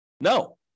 No